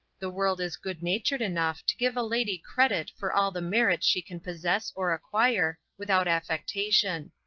the world is good-natured enough to give a lady credit for all the merit she can possess or acquire, without affectation.